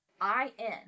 I-N